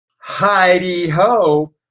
Heidi-ho